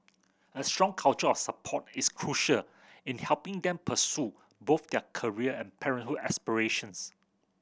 a strong culture of support is crucial in helping them pursue both their career and parenthood aspirations